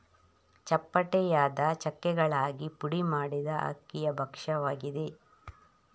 ಚಪ್ಪಟೆಯಾದ ಚಕ್ಕೆಗಳಾಗಿ ಪುಡಿ ಮಾಡಿದ ಅಕ್ಕಿಯ ಭಕ್ಷ್ಯವಾಗಿದೆ